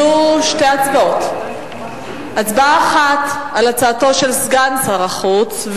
יהיו שתי הצבעות: הצבעה אחת על הצעתו של סגן שר החוץ,